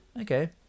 Okay